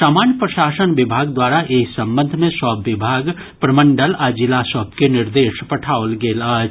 सामान्य प्रशासन विभाग द्वारा एहि संबंध मे सभ विभाग प्रमंडल आ जिला सभ के निर्देश पठाओल गेल अछि